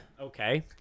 Okay